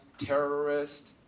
terrorist